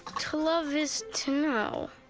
to love is to know.